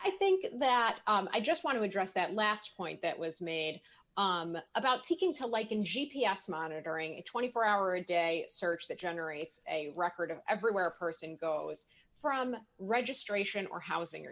i think that i just want to address that last point that was made about seeking to like in g p s monitoring a twenty four hour a day search that generates a record of every where a person goes from registration or housing